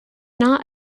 not